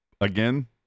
Again